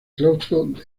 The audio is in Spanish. claustro